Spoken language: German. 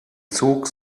zug